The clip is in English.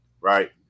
right